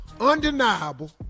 undeniable